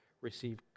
receive